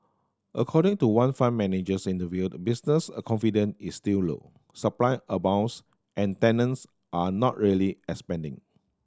according to one fund manager interviewed business confidence is still low supply abounds and tenants are not really expanding